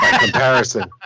comparison